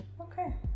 Okay